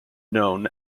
known